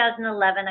2011